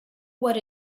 want